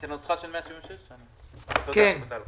התשמ"א 1981. דוקטור ברקת,